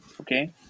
okay